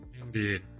indeed